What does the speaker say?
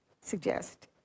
suggest